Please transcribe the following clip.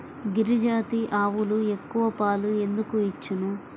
గిరిజాతి ఆవులు ఎక్కువ పాలు ఎందుకు ఇచ్చును?